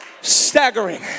staggering